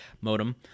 modem